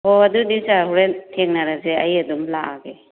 ꯍꯣ ꯑꯗꯨꯗꯤ ꯁꯥꯔ ꯍꯣꯔꯦꯟ ꯊꯦꯡꯅꯔꯖꯦ ꯑꯩ ꯑꯗꯨꯝ ꯂꯥꯛꯑꯒꯦ